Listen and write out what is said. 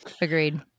Agreed